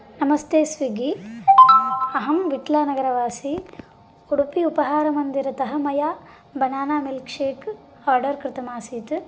नमस्ते स्विग्गि अहं वीट्लानगरवासि उडपि उपहारमन्दिरतः मया बनानामिल्क् शेक् आर्डर् कृतम् आसीत्